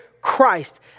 Christ